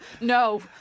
no